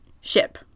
ship